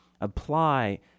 apply